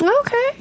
Okay